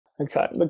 okay